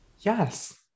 yes